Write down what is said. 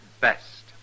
best